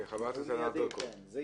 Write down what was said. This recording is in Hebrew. זה מיידי.